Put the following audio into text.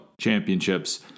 championships